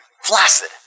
flaccid